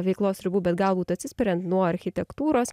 veiklos ribų bet galbūt atsispiriant nuo architektūros